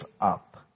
up